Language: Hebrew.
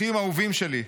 אחים אהובים שלי,